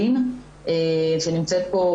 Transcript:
אלין שנמצאת פה,